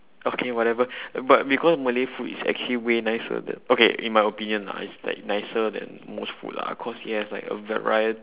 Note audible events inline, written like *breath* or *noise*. okay whatever *breath* but because malay food is actually way nicer th~ okay in my opinion lah it's like nicer then most food lah cause it has like a variety